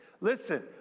Listen